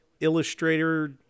illustrator